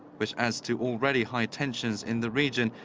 which adds to already high tensions in the region,